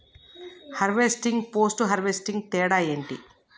Harvesting, post harvesting తేడా ఏంటి?